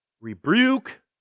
rebuke